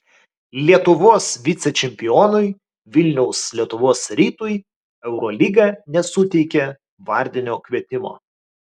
lietuvos vicečempionui vilniaus lietuvos rytui eurolyga nesuteikė vardinio kvietimo